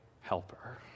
helper